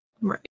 right